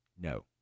No